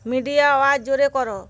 media আওয়াজ জোরে কর